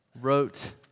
wrote